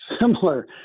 similar